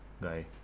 guy